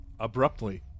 Abruptly